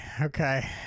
okay